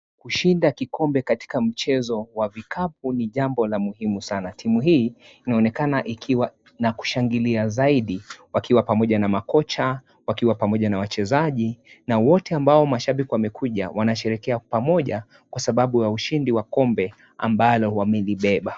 Kushinda kikombe katika mchezo wa vikapu ni jambo la muhimu sana. Timu hii inaonekana ikiwa na kushangilia zaidi wakiwa pamoja na makocha, wakiwa pamoja na wachezaji, na wote ambao mashabiki wamekuja wanasherekea pamoja kwa sababu ya ushindi kombe ambalo wamelibeba.